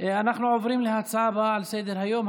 אנחנו עוברים להצעה הבאה על סדר-היום,